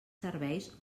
serveis